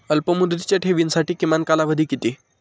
अल्पमुदतीच्या ठेवींसाठी किमान कालावधी किती आहे?